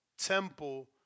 Temple